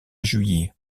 juillet